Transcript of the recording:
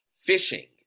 Fishing